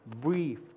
brief